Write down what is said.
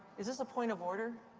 is this a point of order?